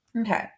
Okay